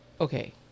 okay